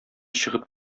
чыгып